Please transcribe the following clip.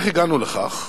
איך הגענו לכך?